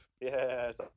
Yes